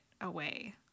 away